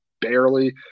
barely